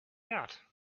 out